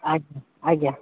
ଆଜ୍ଞା ଆଜ୍ଞା